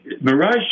Mirage